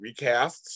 recasts